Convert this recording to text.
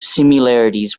similarities